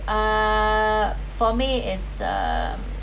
uh for me it's a